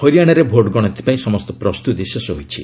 ହରିଆଣାରେ ଭୋଟ୍ ଗଣତି ପାଇଁ ସମସ୍ତ ପ୍ରସ୍ତୁତି ଶେଷ ହୋଇଛି